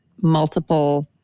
multiple